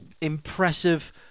impressive